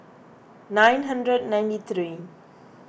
nine hundred ninety three